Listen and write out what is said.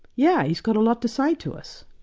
yeah he's got a lot to say to us.